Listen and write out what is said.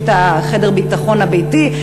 יש חדר ביטחון ביתי,